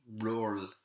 rural